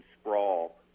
sprawl